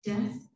Death